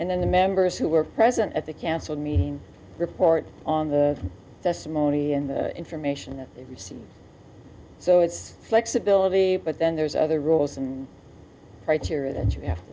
and then the members who were present at the council meeting report on the testimony and the information that you see so it's flexibility but then there's other rules and criteria that you have